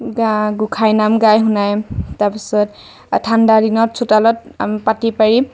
গা গোসাঁই নাম গাই শুনায় তাৰপিছত ঠাণ্ডা দিনত চোতালত পাটি পাৰি